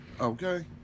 Okay